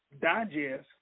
digest